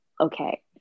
okay